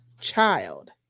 child